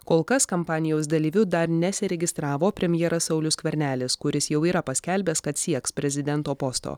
kol kas kampanijos dalyviu dar nesiregistravo premjeras saulius skvernelis kuris jau yra paskelbęs kad sieks prezidento posto